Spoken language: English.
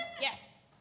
Yes